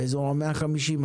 באזור 150,000,